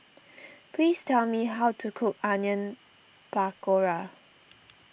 please tell me how to cook Onion Pakora